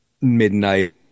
midnight